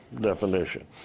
definition